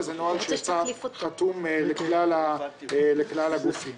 וזה נוהל שיצא חתום לכלל הגופים.